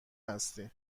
هستی